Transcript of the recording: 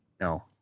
No